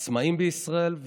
העצמאים בישראל,